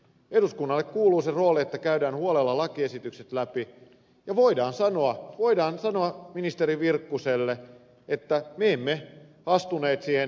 eduskunnalle kuuluu se rooli että käydään huolella lakiesitykset läpi ja voidaan sanoa ministeri virkkuselle että me emme astuneet siihen ed